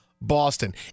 Boston